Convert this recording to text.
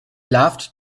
loved